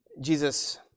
Jesus